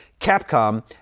Capcom